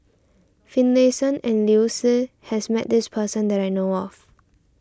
Finlayson and Liu Si has met this person that I know of